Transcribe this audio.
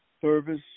service